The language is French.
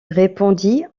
répondit